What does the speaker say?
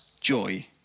joy